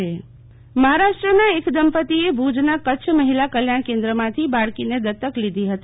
શીતલ વૈશ્વવ બાળક દત્તક મહારાષ્ટ્રના એક દંપતીએ ભુજના કચ્છ મહિલા કલ્યાણ કેન્દ્રમાંથી બાળકીને દત્તક લીધી હતી